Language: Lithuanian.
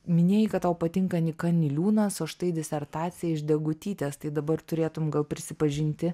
minėjai kad tau patinka nyka niliūnas o štai disertacija iš degutytės tai dabar turėtum gal prisipažinti